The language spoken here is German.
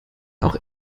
auch